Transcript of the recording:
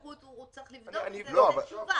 הוא צריך לבדוק את זה ולתת תשובה.